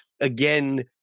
again